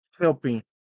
helping